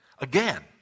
Again